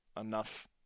enough